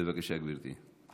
בבקשה, גברתי.